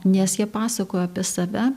nes jie pasakojo apie save